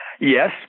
Yes